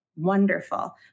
wonderful